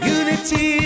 unity